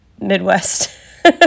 midwest